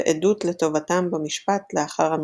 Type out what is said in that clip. ועדות לטובתם במשפט לאחר המלחמה.